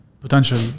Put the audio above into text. potential